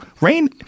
rain